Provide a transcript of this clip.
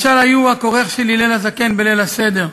משל היו ה"כורך" של הלל הזקן בליל הסדר,